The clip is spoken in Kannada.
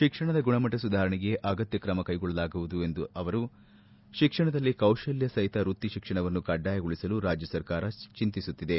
ಶಿಕ್ಷಣದ ಗುಣಮಟ್ಟ ಸುಧಾರಣೆಗೆ ಅಗತ್ತ ಕ್ರಮ ಕೈಗೊಳ್ಳಲಾಗುವುದು ಎಂದ ಅವರು ಶಿಕ್ಷಣದಲ್ಲಿ ಕೌಶಲ್ತ ಸಹಿತ ವೃತ್ತಿ ಶಿಕ್ಷಣವನ್ನು ಕಡಾಯಗೊಳಿಸಲು ರಾಜ್ಯ ಸರ್ಕಾರ ಚಿಂತಿಸುತ್ತಿದೆ